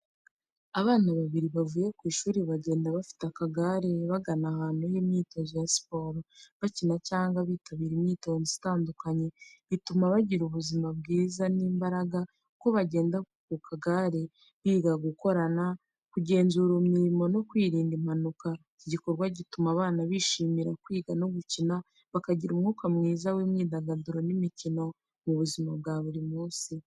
Abana babiri bavuye kwiga bagenda bafite akagare, bagana ahantu h’imyitozo ya sport. Bakina cyangwa bitabira imyitozo itandukanye, bituma bagira ubuzima bwiza n’imbaraga. Uko bagenda ku kagare, biga gukorana, kugenzura umubiri no kwirinda impanuka. Iki gikorwa gituma abana bishimira kwiga no gukina, bakagira umwuka mwiza w’imyidagaduro n’imikino mu buzima bwa buri munsi.